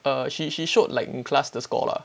err she she showed like in class the score lah